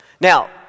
Now